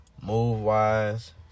move-wise